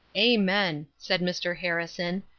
amen, said mr. harrison,